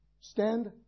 Stand